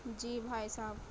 جی بھائی صاحب